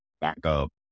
backup